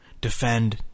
defend